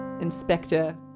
Inspector